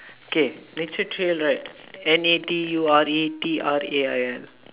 okay nature trail right N A T U R E T R A I L